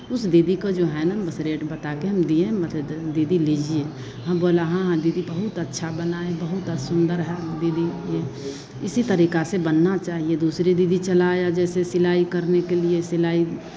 उस दीदी को जो है ना बस रेट बता के हम दिए मतलब दीदी लीजिए हम बोला हाँ हाँ दीदी बहुत अच्छा बनाए बहुत और सुन्दर है दीदी ये इसी तरीका से बनना चाहिए दूसरी दीदी चलाया जैसे सिलाई करने के लिए सिलाई